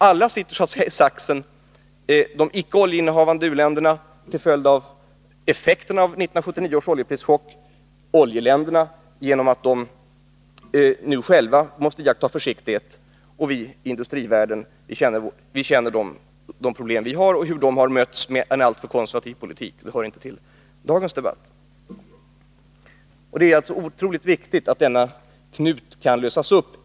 Alla sitter så att säga i saxen — de icke oljeinnehavande u-länderna till följd av effekterna av 1979 års oljeprischock, oljeländerna genom att de nu själva måste iaktta försiktighet. Och vi i industrivärlden känner de problem vi har och hur de har mötts med en alltför konservativ politik — vilket inte hör till dagens debatt. Det är alltså mycket viktigt att denna knut kan lösas upp.